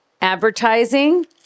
advertising